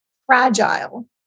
fragile